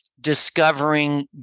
discovering